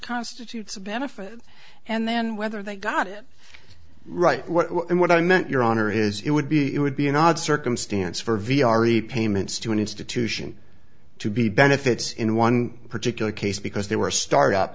constitutes a benefit and then whether they got it right what i meant your honor is it would be it would be an odd circumstance for v r e payments to an institution to be benefits in one particular case because they were a start up